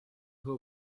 who